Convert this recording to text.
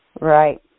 Right